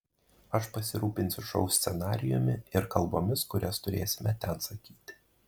aš pasirūpinsiu šou scenarijumi ir kalbomis kurias turėsime ten sakyti